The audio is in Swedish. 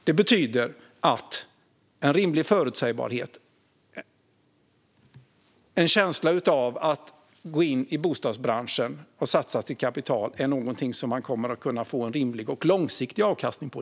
Rimlig förutsägbarhet innebär att man har en känsla av att detta att man går in i bostadsbranschen och satsar sitt kapital är något som man kommer att kunna få rimlig och långsiktig avkastning på.